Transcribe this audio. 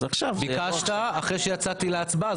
אז עכשיו --- ביקשת אחרי שיצאתי להצבעה,